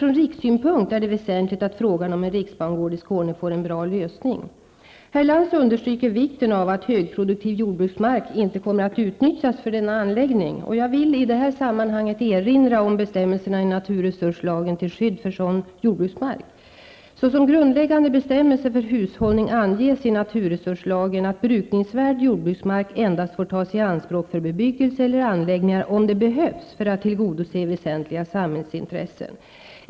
Från rikssynpunkt är det också väsentligt att frågan om en riksbangård i Skåne får en bra lösning. Kenneth Lantz understryker vikten av att högproduktiv jordbruksmark inte kommer att utnyttjas för denna anläggning. Jag vill i detta sammanhang erinra om bestämmelserna i naturresurslagen till skydd för sådan jordbruksmark. Såsom grundläggande bestämmelse för hushållning anges i naturresurslagen att brukningsvärd jordbruksmark får tas i anspråk för bebyggelse eller anläggningar endast om det behövs för att tillgodose väsentliga samhällsintressen.